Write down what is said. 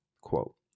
quote